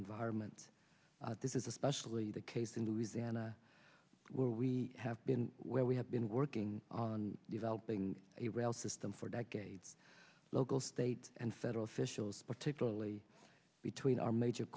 environment this is especially the case in louisiana where we have been where we have been working on developing a rail system for decades local state and federal officials particularly between our major